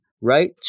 right